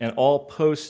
and all post